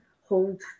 hold